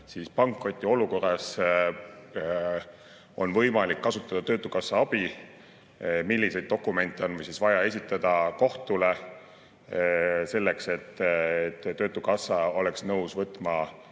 kuidas pankrotiolukorras on võimalik kasutada töötukassa abi: milliseid dokumente on vaja esitada kohtule selleks, et töötukassa oleks nõus võtma